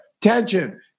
tension